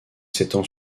s’étend